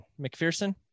McPherson